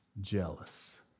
jealous